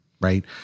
Right